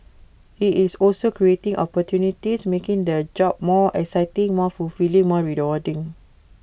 IT is also creating opportunities making the job more exciting more fulfilling more rewarding